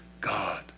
God